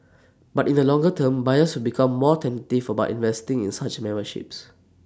but in the longer term buyers will become more tentative about investing in such memberships